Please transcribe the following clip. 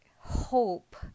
hope